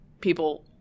people